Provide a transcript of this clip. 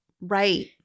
Right